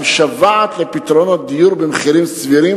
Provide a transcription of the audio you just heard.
המשוועת לפתרונות דיור במחירים סבירים,